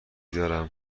دارم